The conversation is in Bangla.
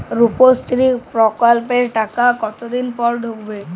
রুপশ্রী প্রকল্পের টাকা কতদিন পর ঢুকবে?